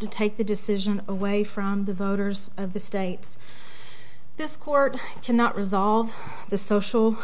to take the decision away from the voters of the states this court cannot resolve the social